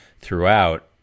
throughout